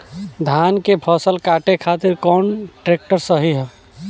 धान के फसल काटे खातिर कौन ट्रैक्टर सही ह?